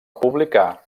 publicar